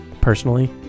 personally